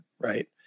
right